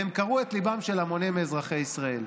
והן קרעו את ליבם של המונים מאזרחי ישראל.